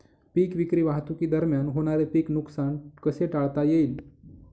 पीक विक्री वाहतुकीदरम्यान होणारे पीक नुकसान कसे टाळता येईल?